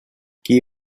qui